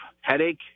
headache